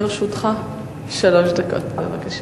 לרשותך שלוש דקות, בבקשה.